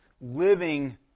Living